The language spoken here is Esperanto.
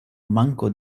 manko